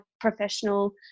professional